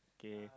K